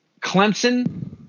Clemson